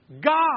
God